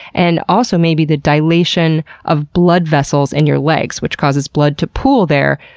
and also maybe the dilation of blood vessels in your legs, which causes blood to pool there,